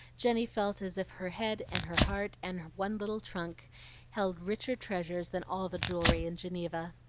jenny felt as if her head and her heart and one little trunk held richer treasures than all the jewelry in geneva.